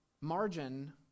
margin